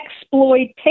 exploitation